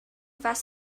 was